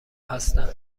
هستن